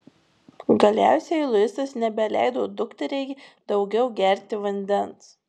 galiausiai luisas nebeleido dukteriai daugiau gerti vandens